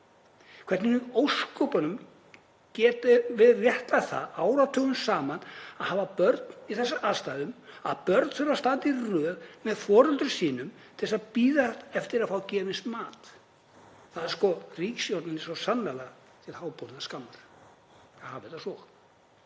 Hvernig í ósköpunum getum við réttlætt það áratugum saman að hafa börn í þessum aðstæðum, að börn þurfi að standa í röð með foreldrum sínum til þess að bíða eftir að fá gefins mat? Það er ríkisstjórninni svo sannarlega til háborinnar skammar að hafa þetta svo.